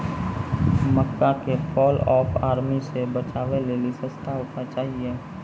मक्का के fall of army से बचाबै लेली सस्ता उपाय चाहिए?